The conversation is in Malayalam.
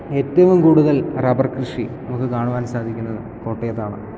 ഏറ്റവും കൂടുതൽ റബ്ബർ കൃഷി നമുക്ക് കാണാൻ സാധിക്കുന്നത് കോട്ടയത്താണ്